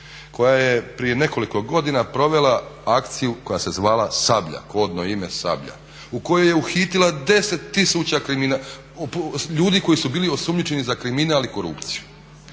koja je prije nekoliko godina provela akciju koja se zvala Sablja, kodno ime Sablja, u kojoj je uhitila 10 000 ljudi koji su bili osumnjičeni za kriminal i korupciju.